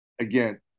again